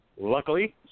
Luckily